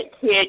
kid